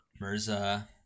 Mirza